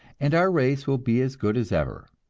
and our race will be as good as ever.